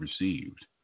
received